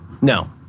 No